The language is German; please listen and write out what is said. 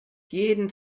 jeden